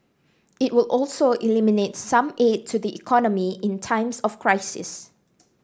it would also eliminate some aid to the economy in times of crisis